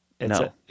No